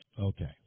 Okay